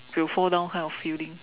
you fall down kind of feeling